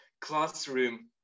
classroom